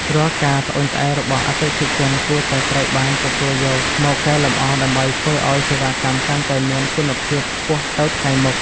រាល់ការត្អូញត្អែររបស់អតិថិជនគួរតែត្រូវបានទទួលយកមកកែលម្អដើម្បីធ្វើឱ្យសេវាកម្មកាន់តែមានគុណភាពខ្ពស់ទៅថ្ងៃមុខ។